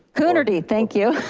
coonerty, thank you.